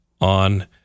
on